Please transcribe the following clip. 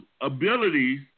abilities